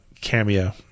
cameo